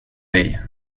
dig